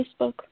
Facebook